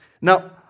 Now